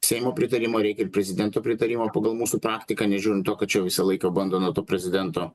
seimo pritarimo reikia ir prezidento pritarimo pagal mūsų praktiką nežiūrint to kad čia visą laiką bando nuo tų prezidento